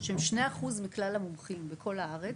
שהם שני אחוז מכלל המומחים בכל הארץ,